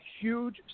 huge